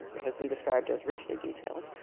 has been described as richly detailed.